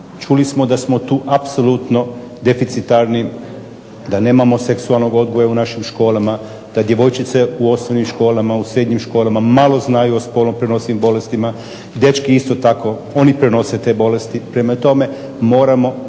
čuli smo da smo tu apsolutno deficitarni, da nemamo seksualnog odgoja u našim školama, da djevojčice u osnovnim školama, u srednjim školama malo znaju o spolno prenosivim bolestima, dečki isto tako, oni prenose te bolesti. Prema tome moramo